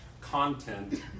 content